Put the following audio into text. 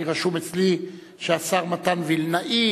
כי רשום אצלי שהשר מתן וילנאי